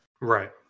Right